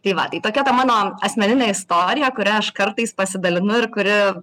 tai va tai tokia ta mano asmeninė istorija kuria aš kartais pasidalinu ir kuri